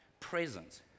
presence